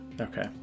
Okay